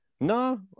No